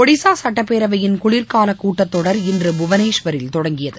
ஒடிசாசட்டப்பேரவையின் குளிர்காலகூட்டத்தொடர் இன்று புவனேஸ்வரில் தொடங்கியது